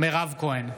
מירב כהן,